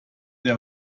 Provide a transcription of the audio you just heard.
der